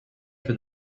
for